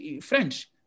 French